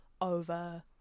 over